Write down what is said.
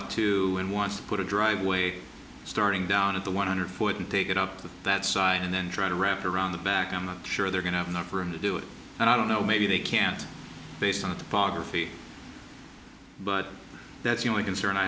want to and wants to put a driveway starting down at the one hundred foot and take it up to that side and then try to wrap around the back i'm not sure they're going to have enough room to do it and i don't know maybe they can't based on biography but that's the only concern i